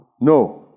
No